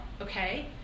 okay